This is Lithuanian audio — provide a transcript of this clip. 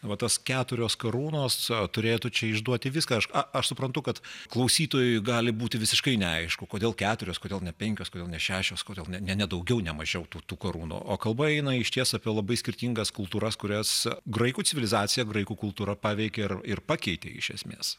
va tos keturios karūnos turėtų čia išduoti viską a aš suprantu kad klausytojui gali būti visiškai neaišku kodėl keturios kodėl ne penkios kodėl ne šešios kodėl ne ne daugiau ne mažiau tų tų karūnų o kalba eina išties apie labai skirtingas kultūras kurias graikų civilizaciją graikų kultūrą paveikė ir pakeitė iš esmės